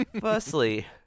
Firstly